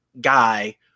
guy